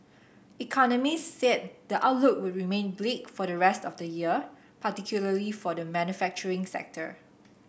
economists said the outlook would remain bleak for the rest of this year particularly for the manufacturing sector